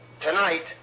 tonight